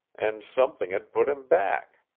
and something had put him back.